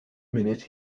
minute